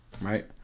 right